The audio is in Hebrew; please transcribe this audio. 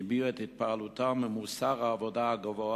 הביעו את התפעלותם ממוסר העבודה הגבוה